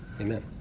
Amen